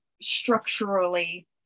structurally